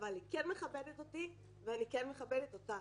אבל היא כן מכבדת אותי ואני כן מכבדת אותה.